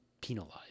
penalized